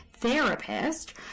therapist